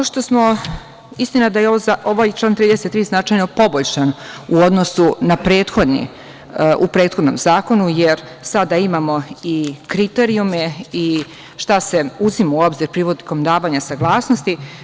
Istina da ovaj član 33. je značajno poboljšan u odnosu na prethodni, u prethodnom zakonu, jer sada imamo i kriterijume i šta se uzima u obzir prilikom davanja saglasnosti.